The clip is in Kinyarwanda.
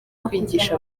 kwigisha